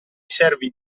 servi